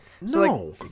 No